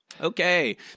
Okay